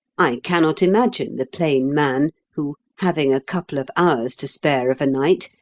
i cannot imagine the plain man who, having a couple of hours to spare of a night,